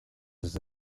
was